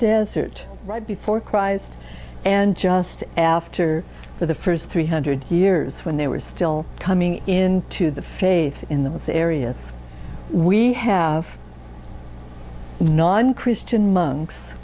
desert right before christ and just after for the first three hundred years when they were still coming in to the faith in those areas we have non christian